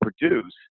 produce